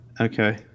Okay